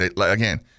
again